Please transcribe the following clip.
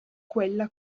quella